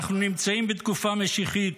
אנחנו נמצאים בתקופה משיחית.